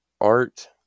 art